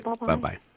bye-bye